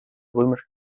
römisch